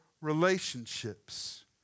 relationships